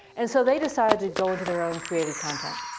and so they decided to go into their own created content.